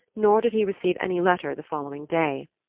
nor did he receive any letter the following day.